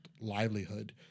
livelihood